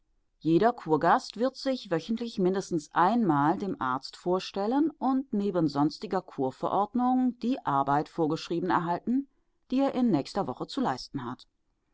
jeder kurgast wird sich wöchentlich mindestens einmal dem arzt vorstellen und neben sonstiger kurverordnung die arbeit vorgeschrieben erhalten die er in nächster woche zu leisten hat